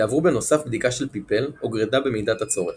יעברו בנוסף בדיקה של PIPPELE או גרידה במידת הצורך.